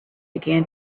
began